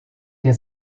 der